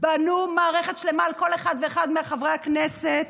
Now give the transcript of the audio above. בנו מערכת שלמה על כל אחד ואחד מחברי הכנסת,